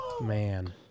Man